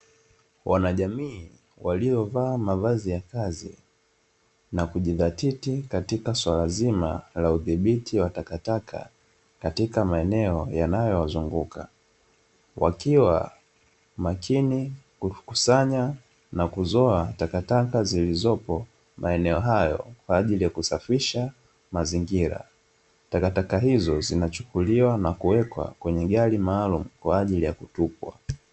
Wanajamii waliovaa mavazi ya kazi, na kujighatiti katika swala zima la udhibiti wa takataka katika maeneo yanayowazunguka; wakiwa makini kuvikusanya na kuzoa takataka zilizopo maeneo hayo kwa ajili ya kusafisha mazingira. Takataka hizo zinachukuliwa na kuwekwa kwenye gari maalum kwa ajili ya kutupwa.